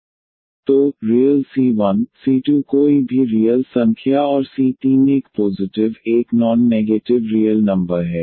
तो real c 1 c 2 कोई भी रियल संख्या और c 3 एक पोज़िटिव एक नॉन नेगेटिव रियल नंबर है